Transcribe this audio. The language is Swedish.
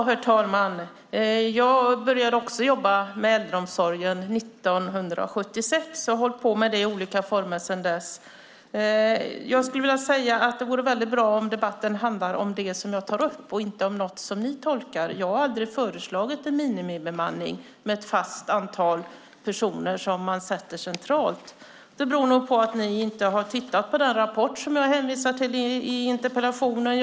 Herr talman! Jag började jobba med äldreomsorg 1976 och har i olika former gjort det sedan dess. Det vore bra om debatten handlade om det som jag tagit upp och inte om alliansföreträdarnas tolkning av det. Jag har aldrig föreslagit minimibemanning med ett fast antal personer som man sätter in centralt. Man verkar inte ha tittat på den rapport som jag hänvisar till i interpellationen.